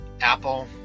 Apple